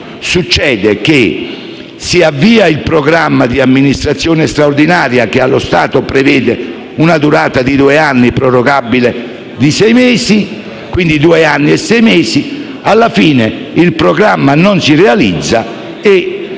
altrimenti si avvia il programma di amministrazione straordinaria - che, allo stato, prevede una durata di due anni, prorogabili per altri sei mesi (quindi, due anni e sei mesi) - e, alla fine, se il programma non si realizza,